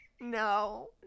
No